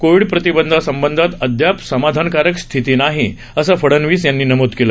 Covid प्रतिबंधासंबंधात अद्याप समाधानकारक स्थिती नाही असं फडनवीस यांनी नमूद केलं